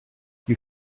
you